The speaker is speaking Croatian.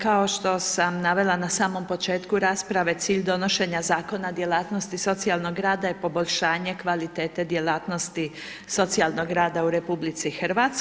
Kao što sam navela na samom početku rasprave, cilj donošenja Zakona djelatnosti socijalnog rada je poboljšanje kvalitete djelatnosti socijalnog rada u RH.